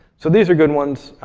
so these are good ones.